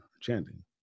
chanting